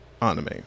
anime